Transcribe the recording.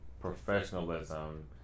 professionalism